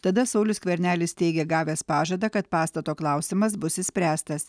tada saulius skvernelis teigė gavęs pažadą kad pastato klausimas bus išspręstas